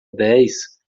dez